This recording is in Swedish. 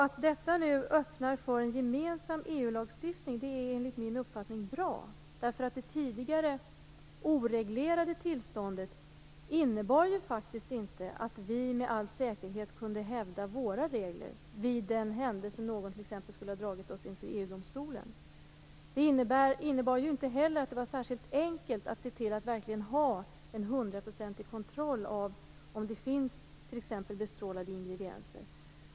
Att detta nu öppnar för en gemensam EU lagstiftning är enligt min uppfattning bra. Det tidigare oreglerade tillståndet innebar faktiskt att vi inte med all säkerhet kunde hävda våra regler t.ex. vid den händelse någon skulle ha dragit oss inför EU domstolen. Det innebar inte heller att det var särskilt enkelt att se till att verkligen ha en hundraprocentig kontroll av om det t.ex. finns bestrålade ingredienser.